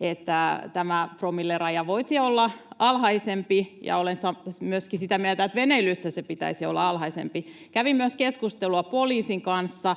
että tämä promilleraja voisi olla alhaisempi, ja olen myöskin sitä mieltä, että veneilyssä sen pitäisi olla alhaisempi. Kävin myös keskustelua poliisin kanssa,